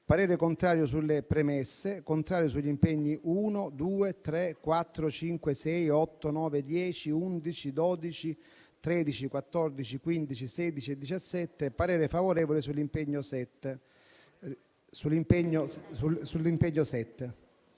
parere contrario sulle premesse e sugli impegni nn. 1, 2, 3, 4, 5, 6, 8, 9, 10, 11, 12, 13, 14, 15, 16 e 17 e parere favorevole sull'impegno n.